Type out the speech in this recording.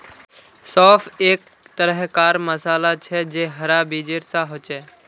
सौंफ एक तरह कार मसाला छे जे हरा बीजेर सा होचे